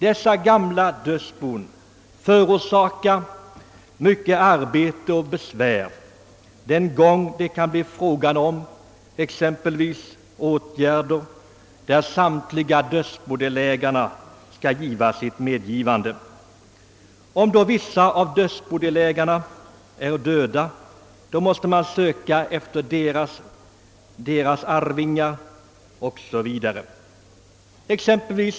Sådana gamla dödsbon förorsakar mycket arbete och besvär den gång det kan bli fråga om exempelvis åtgärder, till vilka samtliga dödsbodelägare skall giva sitt samtycke. Om då vissa av dessa dödsbodelägare är döda, måste man söka efter deras arvingar o. s. v.